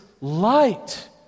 light